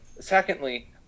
Secondly